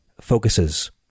focuses